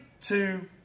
two